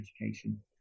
education